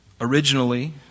originally